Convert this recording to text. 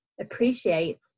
appreciate